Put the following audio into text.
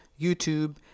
YouTube